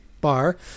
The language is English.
bar